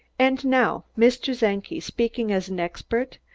and now, mr. czenki, speaking as an expert,